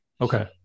okay